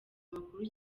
amakuru